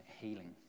healing